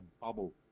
bubble